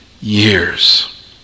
years